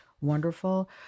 wonderful